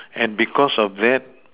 and because of that